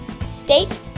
state